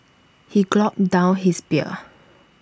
he gulped down his beer